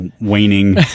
waning